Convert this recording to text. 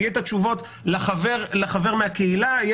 לחבר מהקהילה,